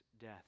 death